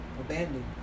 abandoned